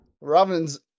Robin's